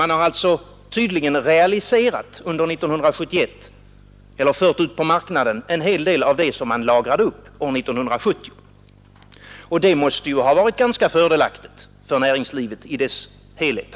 Man har tydligen realiserat under 1971 eller fört ut på marknaden en hel del av vad man lagrade upp under år 1970. Det måste ha varit ganska fördelaktigt för näringslivet i stort.